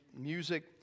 music